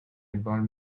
involve